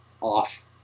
off